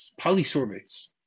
Polysorbates